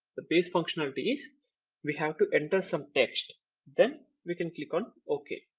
the basic functionality is we have to enter some text then we can click on ok.